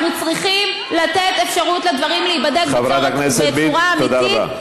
אנחנו צריכים לתת אפשרות שהדברים ייבדקו בצורה אמיתית,